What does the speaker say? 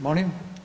Molim?